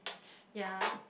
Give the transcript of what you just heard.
ya